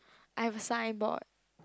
I have a signboard